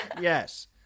Yes